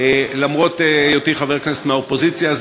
למרות היותי חבר כנסת מהאופוזיציה.